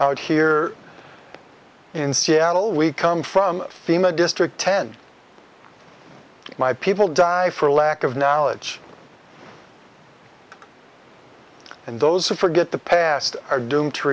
out here in seattle we come from thema district ten my people die for lack of knowledge and those who forget the past are doomed to